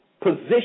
position